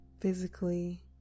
physically